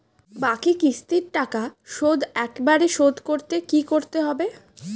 বাকি কিস্তির টাকা শোধ একবারে শোধ করতে কি করতে হবে?